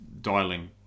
dialing